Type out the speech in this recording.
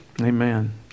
Amen